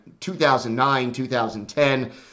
2009-2010